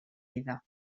iddo